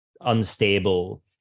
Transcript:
unstable